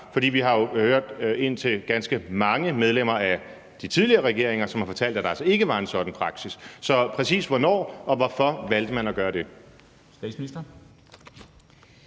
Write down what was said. vi har jo hørt indtil ganske mange medlemmer af tidligere regeringer, som har fortalt, at der altså ikke var en sådan praksis. Så præcis hvornår og hvorfor valgte man at gøre det?